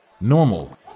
Normal